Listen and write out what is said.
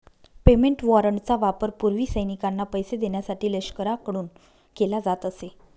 payment वॉरंटचा वापर पूर्वी सैनिकांना पैसे देण्यासाठी लष्कराकडून केला जात असे